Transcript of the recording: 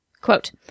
Quote